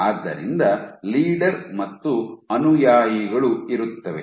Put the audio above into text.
ಆದ್ದರಿಂದ ಲೀಡರ್ ಮತ್ತು ಅನುಯಾಯಿಗಳು ಇರುತ್ತವೆ